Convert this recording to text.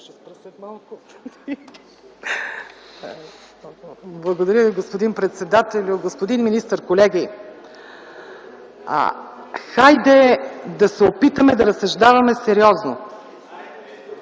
(КБ): Господин председател, господин министър, колеги! Хайде да се опитаме да разсъждаваме сериозно.